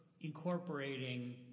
incorporating